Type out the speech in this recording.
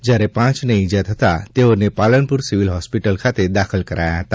જ્યારે પાંચને ઇજા થતાં તેઓને પાલનપુર સીવીલ હોસ્પિટલ ખાતે દાખલ કરાયા હતા